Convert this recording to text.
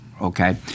Okay